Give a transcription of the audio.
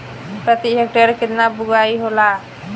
प्रति हेक्टेयर केतना बुआई होला?